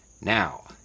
Now